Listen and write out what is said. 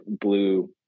blue